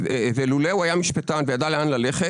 אילולא הוא היה משפטן וידע לאן ללכת